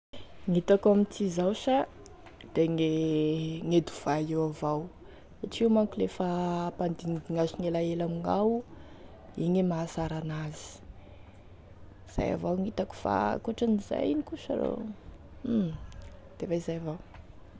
Gn'hitako amity zao sa da gne gne dovay io avao satria io manko lefa ampadignidognasagny ela ela amignao igny e mahasara an'azy, zay avao gn'hitako fa ankoatran'izay ino koa sha rô hum defa izay avao.